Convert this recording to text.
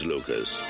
Lucas